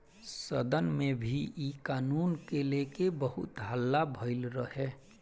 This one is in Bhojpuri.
सदन में भी इ कानून के लेके बहुत हल्ला भईल रहे